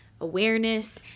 awareness